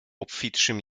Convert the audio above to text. obfitszym